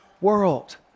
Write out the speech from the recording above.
world